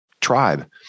tribe